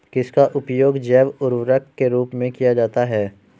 किसका उपयोग जैव उर्वरक के रूप में किया जाता है?